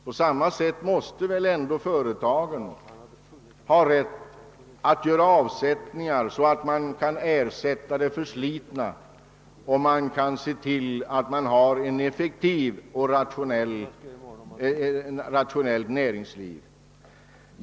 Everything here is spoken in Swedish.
På samma sätt måste ändå företagen ha rätt att göra avsättningar, så att de kan ersätta det förslitna materialet och se till att vi får ett effektivt och rationellt näringsliv.